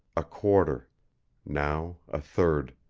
a quarter now a third.